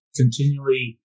continually